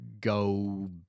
Go